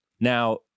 Now